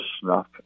snuff